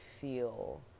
feel